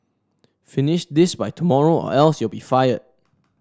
finish this by tomorrow or else you'll be fired